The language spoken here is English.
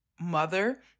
mother